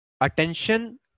attention